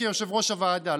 כיושב-ראש הוועדה,